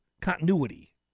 continuity